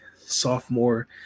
sophomore